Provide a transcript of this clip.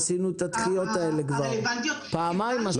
עשינו דחייה כבר פעמיים.